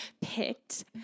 picked